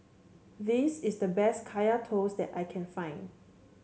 this is the best Kaya Toast that I can find